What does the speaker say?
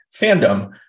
fandom